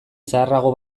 zaharrago